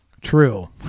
true